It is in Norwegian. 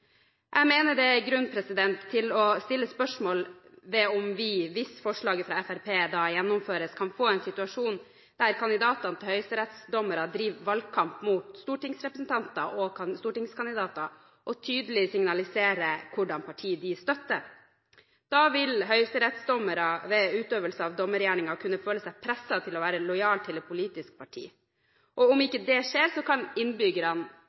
Jeg mener det er grunn til å stille spørsmål ved om vi, hvis forslaget fra Fremskrittspartiet gjennomføres, kan få en situasjon der kandidatene til stillingen som høyesterettsdommer driver valgkamp mot stortingsrepresentanter og stortingskandidater og tydelig signaliserer hvilket parti de støtter. Da vil høyesterettsdommere ved utøvelse av dommergjerningen kunne føle seg presset til å være lojal mot et politisk parti, og om ikke det skjer, kan innbyggerne